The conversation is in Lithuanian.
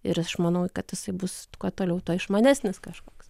ir aš manau kad jisai bus kuo toliau tuo išmanesnis kažkoks